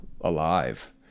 alive